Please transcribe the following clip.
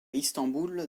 istanbul